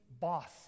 boss